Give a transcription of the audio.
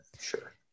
Sure